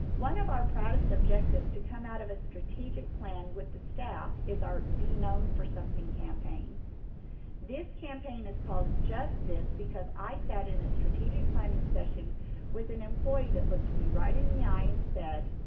one of our proudest objectives to come out of a strategic plan with the staff is our be known for something campaign this campaign is called just this because i sat in a strategic planning session with an employee that looked me right in the eye and said,